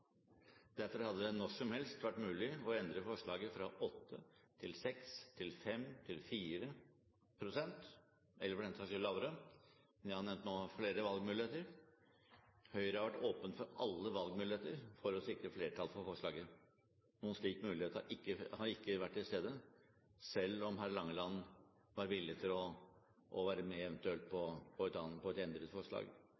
Derfor hadde det når som helst vært mulig å endre forslaget fra 8 til 6 til 5 til 4 pst., eller for den saks skyld lavere – men jeg har nå nevnt flere valgmuligheter. Høyre har vært åpen for alle valgmuligheter for å sikre flertall for forslaget. Noen slik mulighet har ikke vært til stede, selv om hr. Langeland var villig til eventuelt å være med